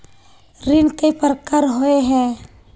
ऋण कई प्रकार होए है?